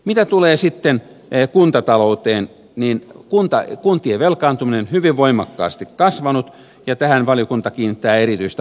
mitä tulee sitten kuntatalouteen niin kuntien velkaantuminen on hyvin voimakkaasti kasvanut ja tähän valiokunta kiinnittää erityistä huomiota